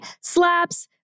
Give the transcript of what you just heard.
slaps